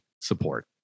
support